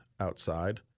outside